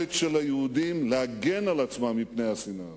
היכולת של היהודים להגן על עצמם מפני השנאה הזאת.